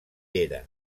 era